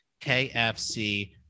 kfc